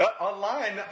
Online